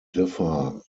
differ